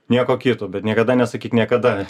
nieko kito bet niekada nesakyk niekada